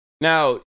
Now